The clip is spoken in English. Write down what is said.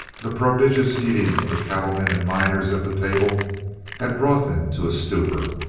the prodigious eating of the cattlemen and miners at the table had brought them to a stupor.